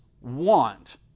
want